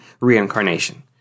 reincarnation